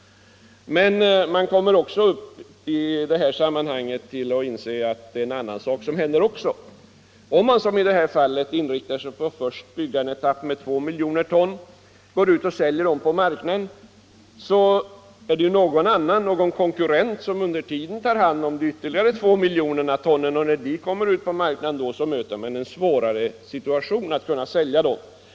Det är emellertid också en annan sak som händer. Om man som i detta fall inriktar sig på att först bygga en etapp för 2 miljoner ton och därefter säljer dessa 2 miljoner ton på marknaden, så är det ju någon konkurrent som under tiden tar hand om de ytterligare 2 miljoner tonen, och när de kommer ut på marknaden möter man en svårare situation vid försäljningen.